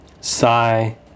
Sigh